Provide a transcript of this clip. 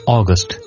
August